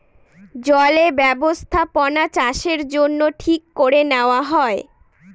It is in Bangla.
জলে বস্থাপনাচাষের জন্য ঠিক করে নেওয়া হয়